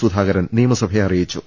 സുധാകരൻ നിയമസഭയെ അറിയിച്ചു